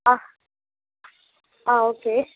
ஆ ஆ ஓகே